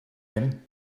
him